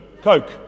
Coke